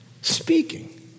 Speaking